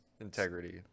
integrity